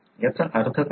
याचा अर्थ काय